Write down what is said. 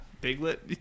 piglet